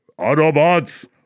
Autobots